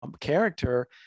character